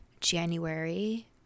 January